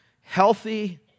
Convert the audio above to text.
healthy